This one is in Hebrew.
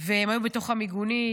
הם היו בתוך המיגונית,